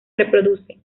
reproduce